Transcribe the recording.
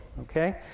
Okay